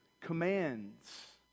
commands